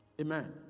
Amen